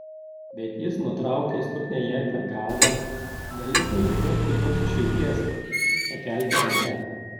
bet jis nutraukė suknią jai per galvą neliko jokios kitos išeities tik pakelti rankas